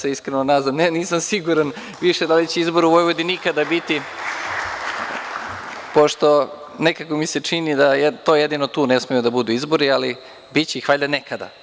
Iskreno se nadam, ne, nisam siguran više da li će izbori u Vojvodini ikada biti, pošto nekako mi se čini da jedino tu ne smeju da budu izbori, ali biće ih valjda nekada.